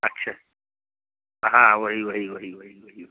अच्छा हाँ वही वही वही वही वही वही